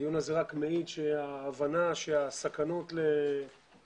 הדיון הזה רק מעיד שההבנה לסכנות לעורף